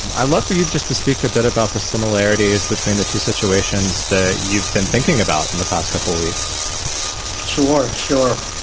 i love for you just to speak a bit about the similarities between the two situations that you've been thinking about in the past couple weeks sure. sure.